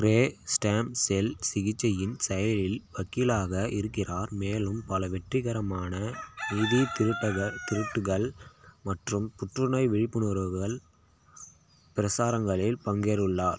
ரே stem cell சிகிச்சையின் செயலில் வைக்கீலாக இருக்கிறார் மேலும் பல வெற்றிகரமான நிதி திரட்டக திருட்டுகள் மற்றும் புற்றுநோய் விழிப்புணர்வுகள் பிரச்சாரங்களில் பங்கேறுள்ளார்